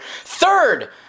third